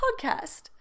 podcast